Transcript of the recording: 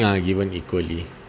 ya given equally